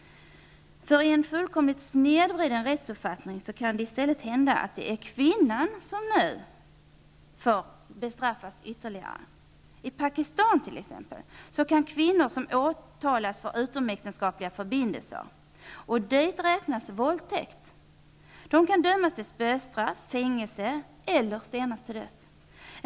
I en fullkomligt snedvriden rättsuppfattning kan det i stället hända att kvinnan bestraffas ytterligare. I t.ex. Pakistan kan kvinnor som åtalas för utomäktenskapliga förbindelser -- och dit räknas våldtäkt -- dömas till spöstraff, fängelse eller stenas till döds.